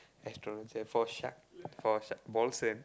astrom~ for Shak~ for